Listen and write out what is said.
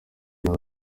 uyu